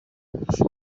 kurusha